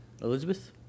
Elizabeth